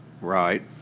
right